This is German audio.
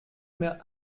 mehr